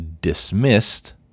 dismissed